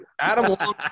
Adam